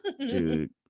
Dude